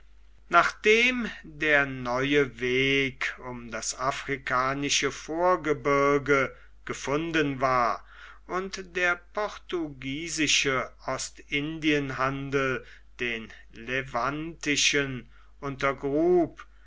nachdem der neue weg um das afrikanische vorgebirge gefunden war und der portugiesische ostindienhandel den